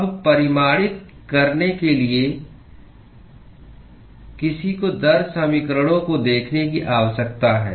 अब परिमाणित करने के लिए किसी को दर समीकरणों को देखने की आवश्यकता है